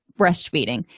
breastfeeding